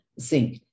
zinc